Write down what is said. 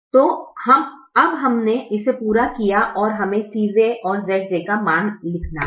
तो अब हमने इसे पूरा किया और हमें Cj - Zj का मान लिखना है